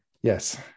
yes